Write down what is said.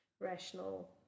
rational